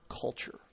culture